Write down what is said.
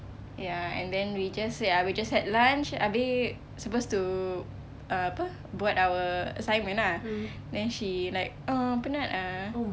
ya and then we just ya we just had lunch abeh supposed to uh apa buat our assignment ah then she like uh penat ah